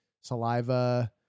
saliva